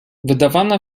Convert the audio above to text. wydawane